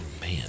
Man